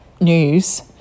news